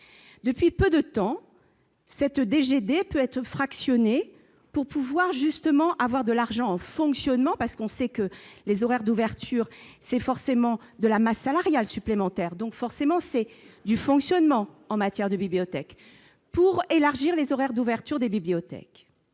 depuis peu de temps cette DGB peut être fractionné pour pouvoir, justement, avoir de l'argent au fonctionnement parce qu'on sait que les horaires d'ouverture, c'est forcément de la masse salariale supplémentaire, donc forcément c'est du fonctionnement en matière de bibliothèques pour élargir les horaires d'ouverture des bibliothèques,